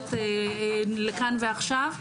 מחויבות לכאן ועכשיו,